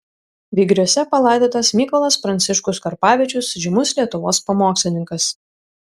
vygriuose palaidotas mykolas pranciškus karpavičius žymus lietuvos pamokslininkas